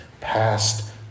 past